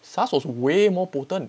SARS was way more potent